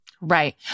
Right